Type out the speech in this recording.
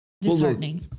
disheartening